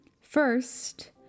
First